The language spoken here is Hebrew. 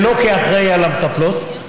ולא כאחראי למטפלות,